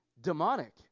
demonic